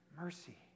mercy